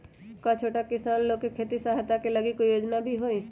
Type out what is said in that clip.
का छोटा किसान लोग के खेती सहायता के लगी कोई योजना भी हई?